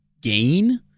gain